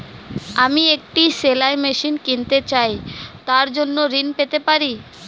আমি একটি সেলাই মেশিন কিনতে চাই তার জন্য ঋণ পেতে পারি?